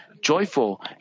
joyful